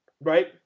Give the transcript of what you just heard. right